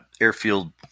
airfield